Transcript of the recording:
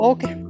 Okay